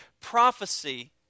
prophecy